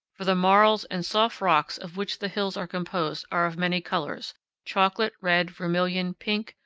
for the marls and soft rocks of which the hills are composed are of many colors chocolate, red, vermilion, pink,